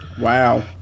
Wow